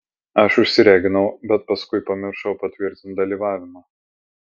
aš užsireginau bet paskui pamiršau patvirtint dalyvavimą